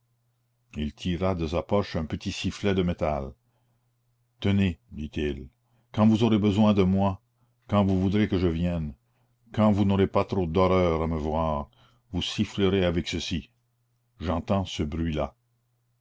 il tira de sa poche un petit sifflet de métal tenez dit-il quand vous aurez besoin de moi quand vous voudrez que je vienne quand vous n'aurez pas trop d'horreur à me voir vous sifflerez avec ceci j'entends ce bruit-là